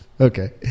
Okay